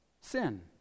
sin